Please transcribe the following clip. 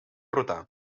rotar